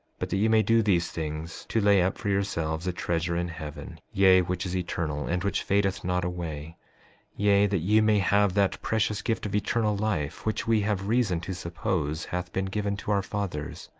but that ye may do these things to lay up for yourselves a treasure in heaven, yea, which is eternal, and which fadeth not away yea, that ye may have that precious gift of eternal life, which we have reason to suppose hath been given to our fathers.